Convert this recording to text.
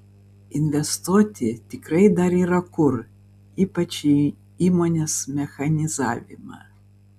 investuoti tikrai dar yra kur ypač į įmonės mechanizavimą